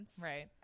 right